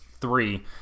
three